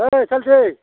ओइ सालथे